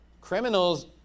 Criminals